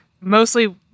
mostly